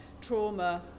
trauma